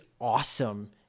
awesome